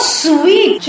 sweet